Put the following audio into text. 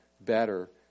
better